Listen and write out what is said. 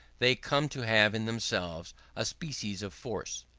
they come to have in themselves a species of force.